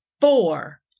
four